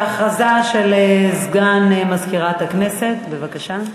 הודעה לסגן מזכירת הכנסת, בבקשה.